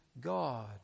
God